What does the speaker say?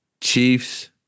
Chiefs